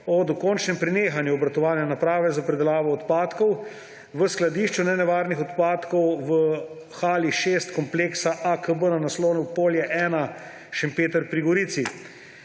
o dokončnem prenehanju obratovanja naprave za predelavo odpadkov v skladišču nenevarnih odpadkov v hali 6 kompleksa AKB na naslovu Polje 1, Šempeter pri Gorici.